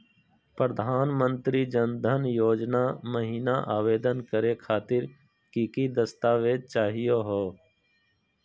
प्रधानमंत्री जन धन योजना महिना आवेदन करे खातीर कि कि दस्तावेज चाहीयो हो?